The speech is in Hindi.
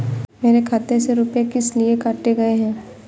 मेरे खाते से रुपय किस लिए काटे गए हैं?